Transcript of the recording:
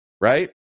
right